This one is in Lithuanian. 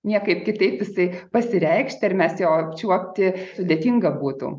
niekaip kitaip jisai pasireikšti ar mes jo apčiuopti sudėtinga būtų